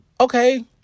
Okay